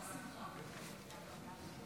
נעבור להצעת חוק הענקת אזרחות כבוד לחללי מערכות ישראל,